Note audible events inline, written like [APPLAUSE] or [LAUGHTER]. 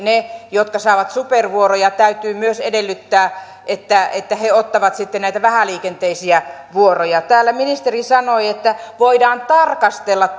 niiltä jotka saavat supervuoroja täytyy myös edellyttää että että he ottavat sitten näitä vähäliikenteisiä vuoroja täällä ministeri sanoi että voidaan tarkastella [UNINTELLIGIBLE]